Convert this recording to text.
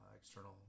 external